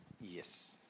yes